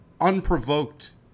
unprovoked